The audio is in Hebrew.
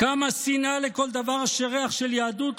כמה שנאה לכל דבר שריח של יהדות,